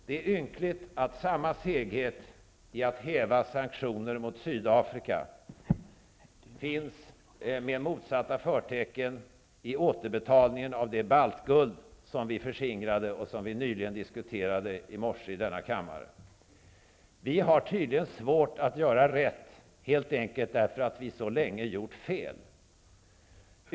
Det är ynkligt att samma seghet i att häva sanktioner mot Sydafrika finns, fast med motsatta förtecken, i återbetalningen av det baltguld som vi förskingrade och som vi i morse diskuterade i denna kammare. Vi har tydligen svårt att göra rätt helt enkelt därför att vi så länge har gjort fel.